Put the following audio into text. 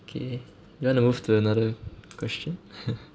okay you want to move to another question